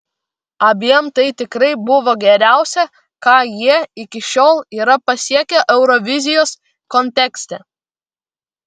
abiem tai tikrai buvo geriausia ką jie iki šiol yra pasiekę eurovizijos kontekste